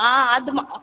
ಆಂ ಅದು ಮಾ